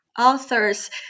authors